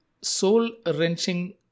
soul-wrenching